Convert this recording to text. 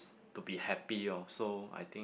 to be happy lor so I think